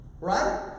right